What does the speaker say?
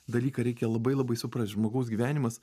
dalyką reikia labai labai suprast žmogaus gyvenimas